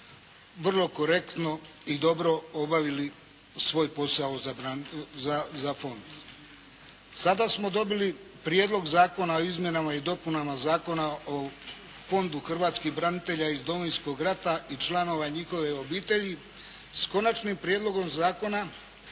vrlo korektno i dobro obavili svoj posao za Fond. Sada smo dobili Prijedlog zakona o izmjenama i dopunama Zakona o Fondu hrvatskih branitelja iz Domovinskog rata i članova njihove obitelji s Konačnim prijedlogom zakona.